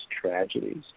tragedies